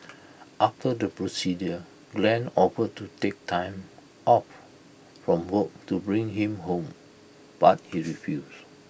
after the procedure Glen offered to take time off from work to bring him home but he refused